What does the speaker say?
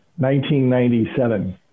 1997